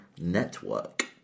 Network